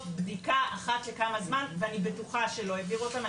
בדיקה אחת לכמה זמן ואני בטוחה שלא העבירו אותם,